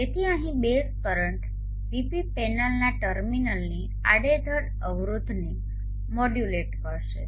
તેથી અહીં base current PV પેનલના ટર્મિનલ્સની આડેધડ અવરોધને મોડ્યુલેટ કરશે